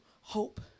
hope